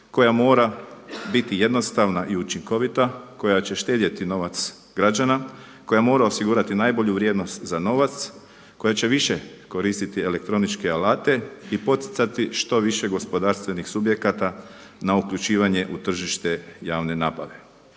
koja mora biti jednostavna i učinkovita, koja će štedjeti novac građana, koja mora osigurati najbolju vrijednosti za novac, koja će više koristiti elektroničke alate i poticati što više gospodarstvenih subjekata na uključivanje u tržište javne nabave.